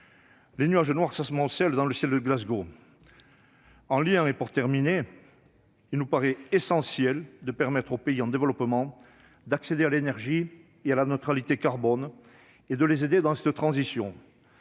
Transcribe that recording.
Les nuages noirs s'amoncellent dans le ciel de Glasgow. Il nous paraît donc essentiel de permettre aux pays en développement d'accéder à l'énergie et à la neutralité carbone et de les aider dans cette transition.